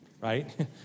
right